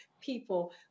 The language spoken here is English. people